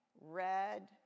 red